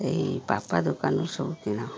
ଏଇ ପାପା ଦୋକାନରୁ ସବୁ କିଣ